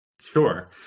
Sure